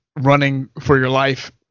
running-for-your-life